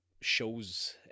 shows